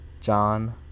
John